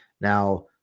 Now